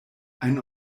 ein